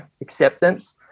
acceptance